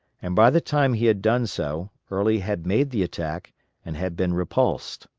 and by the time he had done so early had made the attack and had been repulsed.